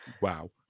Wow